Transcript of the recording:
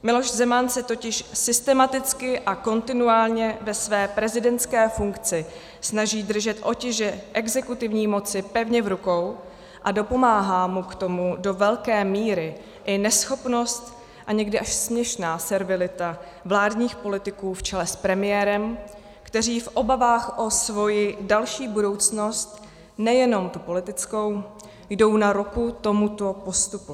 Miloš Zeman se totiž systematicky a kontinuálně ve své prezidentské funkci snaží držet otěže exekutivní moci pevně v rukou a dopomáhá mu k tomu do velké míry i neschopnost a někdy až směšná servilita vládních politiků v čele s premiérem, kteří v obavách o svoji další budoucnost, nejenom tu politickou, jdou na ruku tomuto postupu.